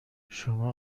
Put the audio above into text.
شما